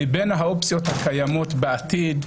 מבין האופציות הקיימות בעתיד,